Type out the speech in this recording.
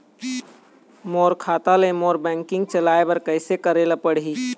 मोर खाता ले मोर बैंकिंग चलाए बर कइसे करेला पढ़ही?